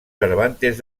cervantes